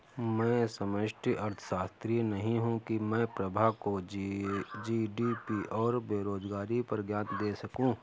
मैं समष्टि अर्थशास्त्री नहीं हूं की मैं प्रभा को जी.डी.पी और बेरोजगारी पर ज्ञान दे सकूं